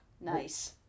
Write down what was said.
nice